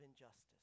injustice